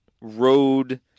road